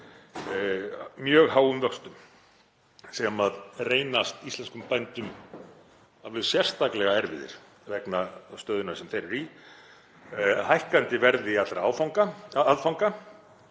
mjög háum vöxtum sem reynast íslenskum bændum alveg sérstaklega erfiðir vegna stöðunnar sem þeir eru í, hækkandi verði allra aðfanga